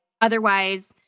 otherwise